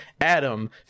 Adam